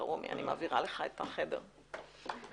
הישיבה ננעלה בשעה 14:34.